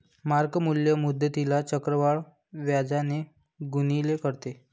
mark मूल्य मुद्दलीला चक्रवाढ व्याजाने गुणिले करते